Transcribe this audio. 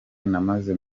maze